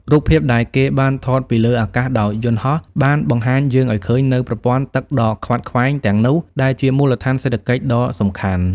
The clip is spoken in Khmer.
រូបភាពដែលគេបានថតពីលើអាកាសដោយយន្តហោះ បានបង្ហាញយើងឱ្យឃើញនូវ ប្រព័ន្ធទឹកដ៏ខ្វាត់ខ្វែង ទាំងនោះ ដែលជា មូលដ្ឋានសេដ្ឋកិច្ច ដ៏សំខាន់។